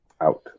Out